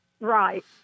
Right